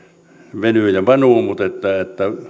venyy ja vanuu mutta